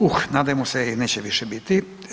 Uh, nadajmo se i neće više biti.